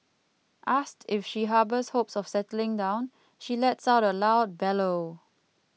asked if she harbours hopes of settling down she lets out a loud bellow